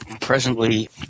presently